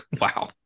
Wow